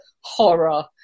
horror